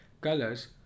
colors